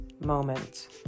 moment